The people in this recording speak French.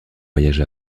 voyages